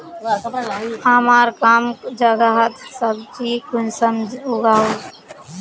हमार कम जगहत सब्जी कुंसम उगाही?